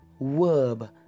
verb